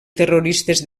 terroristes